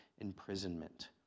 imprisonment